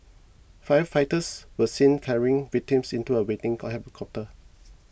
firefighters were seen carrying victims into a waiting cop helicopter